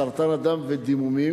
סרטן הדם ודימומים.